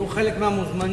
יהיו חלק מהמוזמנים,